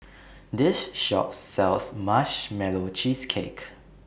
This Shop sells Marshmallow Cheesecake